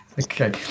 okay